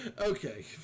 Okay